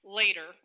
later